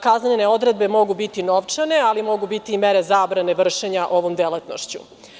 Kaznene odredbe mogu biti novčane, ali mogu biti i mere zabrane vršenja ovom delatnošću.